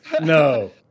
No